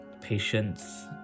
patience